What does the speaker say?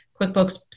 QuickBooks